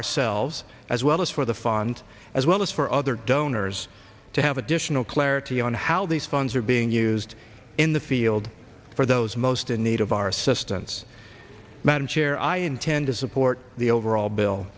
ourselves as well as for the fund as well as for other donors to have additional clarity on how these funds are being used in the field for those most in need of our assistance madam chair i intend to support the overall bill